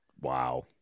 wow